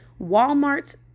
Walmart's